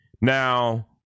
Now